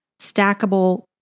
stackable